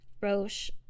Roche